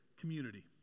community